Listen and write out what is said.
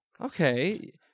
Okay